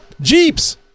Jeeps